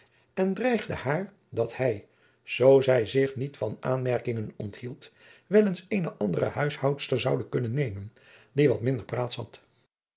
en dreigde haar dat hij zoo zij zich niet van aanmerkingen onthield wel eens eene andere huishoudster zoude kunnen nemen die wat minder praats had